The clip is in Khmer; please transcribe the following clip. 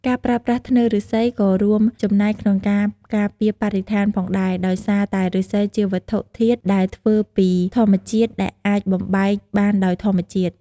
ការប្រើប្រាស់ធ្នើរឬស្សីក៏រួមចំណែកក្នុងការការពារបរិស្ថានផងដែរ ដោយសារតែឬស្សីជាវត្ថុធាតុដែលធ្វើពីធម្មជាតិដែលអាចបំបែកបានដោយធម្មជាតិ។